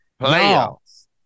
Playoffs